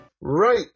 Right